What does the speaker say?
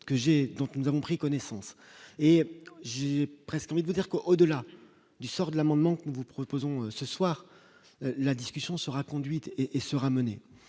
donc nous avons pris connaissance, et j'ai presque envie de dire que, au-delà du sort de l'amendement que nous vous proposons ce soir, la discussion sera conduite et sera menée,